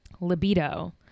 libido